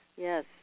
yes